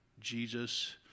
Jesus